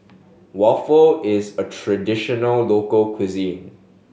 waffle is a traditional local cuisine